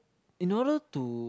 in order to